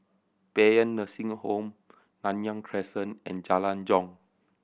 Paean Nursing Home Nanyang Crescent and Jalan Jong